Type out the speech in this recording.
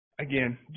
again